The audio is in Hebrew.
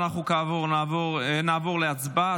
כאמור, נעבור להצבעה.